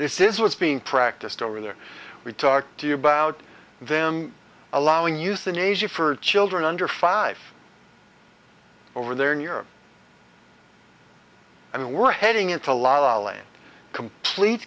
this is what's being practiced over there we talked to you about them allowing euthanasia for children under five over there in europe i mean we're heading into